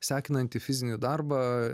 sekinantį fizinį darbą